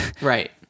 Right